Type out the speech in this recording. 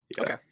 Okay